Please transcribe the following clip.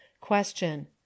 Question